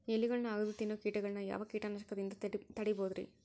ಎಲಿಗೊಳ್ನ ಅಗದು ತಿನ್ನೋ ಕೇಟಗೊಳ್ನ ಯಾವ ಕೇಟನಾಶಕದಿಂದ ತಡಿಬೋದ್ ರಿ?